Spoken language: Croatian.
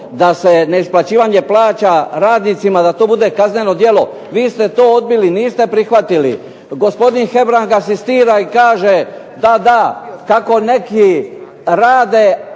da se neisplaćivanje plaća radnicima, da to bude kazneno djelo. Vi ste to odbili, niste prihvatili. Gospodin Hebrang asistira i kaže da, da, kako neki rade,